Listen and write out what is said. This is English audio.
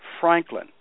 Franklin